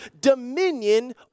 dominion